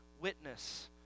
witness